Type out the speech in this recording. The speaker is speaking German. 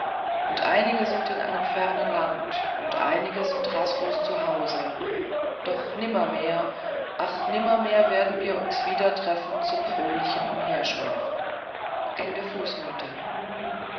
und einige sind in einem fernen land und einige sind rastlos zu hause doch nimmermehr ach nimmermehr werden wir uns wieder treffen zum fröhlichen umherschweifen